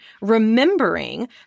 remembering